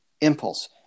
impulse